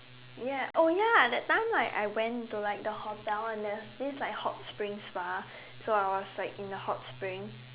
ya oh ya that time like I went to like the hotel and there's this like hot spring spa so I was like in the hot spring